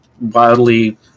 wildly